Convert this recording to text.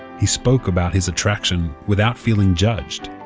he spoke about his attraction without feeling judged.